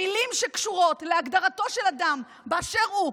המילים שקשורות להגדרתו של אדם באשר הוא,